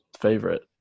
favorite